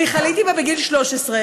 אני חליתי בה בגיל 13,